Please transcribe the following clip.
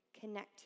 connect